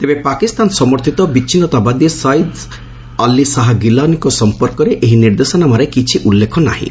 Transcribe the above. ତେବେ ପାକିସ୍ତାନ ସମର୍ଥିତ ବିଚ୍ଛିନ୍ନତାବାଦୀ ସୟିଦ ଅଲ୍ଲୀ ଶାହା ଗିଲାନଙ୍କ ସଂକ୍ରାନ୍ତରେ ଏହି ନିର୍ଦ୍ଦେଶାନାମାରେ କିଛି ଉଲ୍ଲେଖ ନାହିଁ